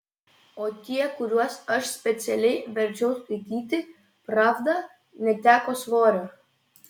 o tie kuriuos aš specialiai verčiau skaityti pravdą neteko svorio